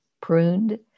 pruned